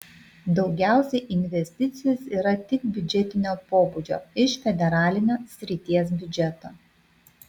daugiausiai investicijos yra tik biudžetinio pobūdžio iš federalinio srities biudžeto